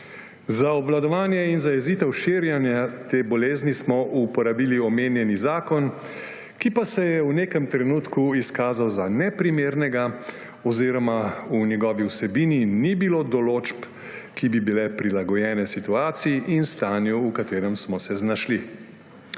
Za obvladovanje in zajezitev širjenja te bolezni smo uporabili omenjeni zakon, ki pa se je v nekem trenutku izkazal za neprimernega oziroma v njegovi vsebini ni bilo določb, ki bi bile prilagojene situaciji in stanju, v katerem smo se znašli.